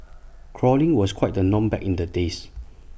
crawling was quite the norm back in the days